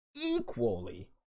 equally